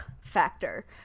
factor